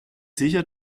sicher